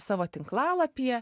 savo tinklalapyje